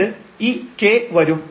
പിന്നീട് ഈ k വരും